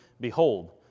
Behold